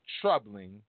troubling